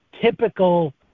typical